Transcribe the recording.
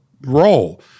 role